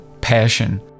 passion